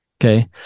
Okay